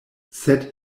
sed